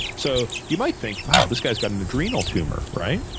so you might think, wow, this guy's got an adrenal tumor, right?